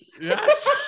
Yes